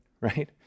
right